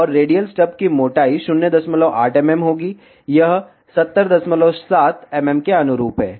और radial stub की मोटाई 08 mm होगी यह 707 mm के अनुरूप है